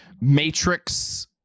matrix